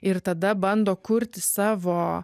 ir tada bando kurti savo